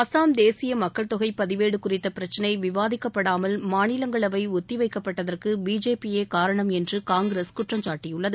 அசாம் தேசிய மக்கள் தொகை பதிவேடு குறித்த பிரச்சனை விவாதிக்கப்படாமல் மாநிலங்களவை ஒத்தி வைக்கப்பட்டதற்கு பிஜேபி யே காரணம் என்று காங்கிரஸ் குற்றம் சாட்டியுள்ளது